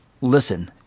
Listen